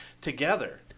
together